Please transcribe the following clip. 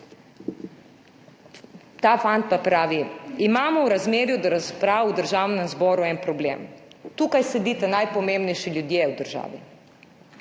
Ta fant pa pravi, da imamo v razmerju do razprav v Državnem zboru en problem. »Tukaj sedite najpomembnejši ljudje v državi.